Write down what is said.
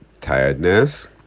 tiredness